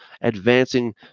advancing